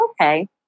okay